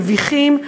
מביכים.